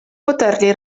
poterli